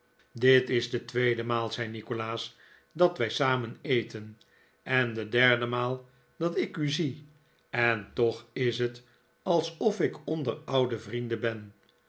dit is de tweede maal zei nikolaas dat wij samen eten en de derde maal dat ik u zie en toch is het alsof ik onder oude vrienden ben